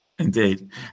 Indeed